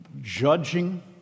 judging